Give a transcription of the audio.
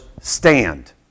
stand